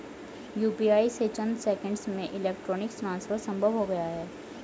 UPI से चंद seconds में इलेक्ट्रॉनिक ट्रांसफर संभव हो गया है